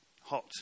hot